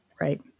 Right